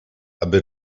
aby